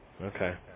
Okay